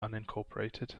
unincorporated